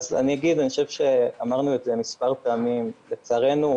אני אגיד אני חושב שאמרנו את זה מספר פעמים לצערנו,